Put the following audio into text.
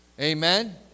Amen